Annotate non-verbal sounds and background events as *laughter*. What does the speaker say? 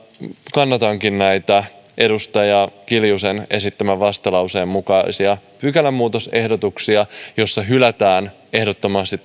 kannatankin edustaja kiljusen esittämän vastalauseen mukaisia pykälämuutosehdotuksia joissa hylätään ehdottomasti *unintelligible*